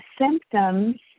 symptoms